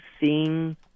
seeing